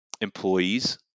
employees